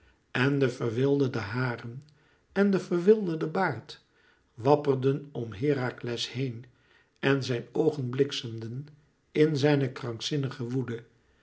en de verwilderde haren en de verwilderde baard wapperden om herakles heen en zijn oogen bliksemden in zijne krankzinnige woede